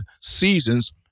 seasons